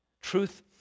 Truth